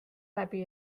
läbi